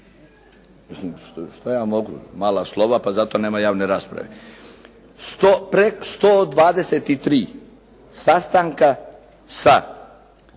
što ja mogu, mala slova pa zato nema javne rasprave. Preko 123 sastanka sa